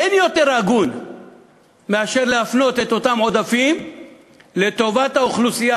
אין יותר הגון מאשר להפנות את אותם עודפים לטובת האוכלוסייה.